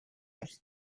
ans